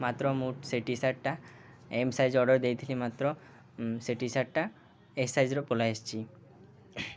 ମାତ୍ର ମୁଁ ସେ ଟି ସାର୍ଟଟା ଏମ୍ ସାଇଜ୍ ଅର୍ଡ଼ର୍ ଦେଇଥିଲି ମାତ୍ର ସେ ଟି ସାର୍ଟଟା ଏମ୍ ସାଇଜ୍ର ପଳେଇ ଆସିଛି